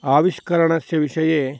आविष्करणस्य विषये